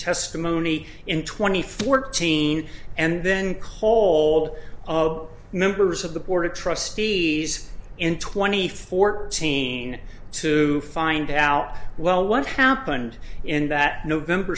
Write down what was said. testimony in twenty fourteen and then cold of members of the board of trustees in twenty fourteen to find out well what happened in that november